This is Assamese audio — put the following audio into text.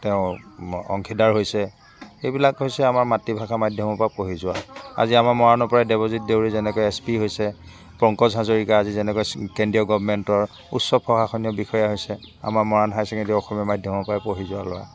তেওঁ অংশীদাৰ হৈছে এইবিলাক হৈছে আমাৰ মাতৃভাষা মাধ্যমৰ পা পঢ়ি যোৱা আজি আমাৰ মৰাণৰ পাই দেৱজিত দেউৰী যেনেকৈ এছ পি হৈছে পংকজ হাজৰিকা আজি যেনেকৈ কেন্দ্ৰীয় গভমেণ্টৰ উচ্চ প্ৰশাসনীয় বিষয়া হৈছে আমাৰ মৰাণ হাই ছেকেণ্ড্ৰী অসমীয়া মাধ্যমৰ পাই পঢ়ি যোৱা ল'ৰা